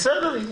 בסדר.